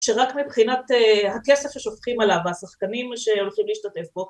שרק מבחינת הכסף ששופכים עליו והשחקנים שהולכים להשתתף בו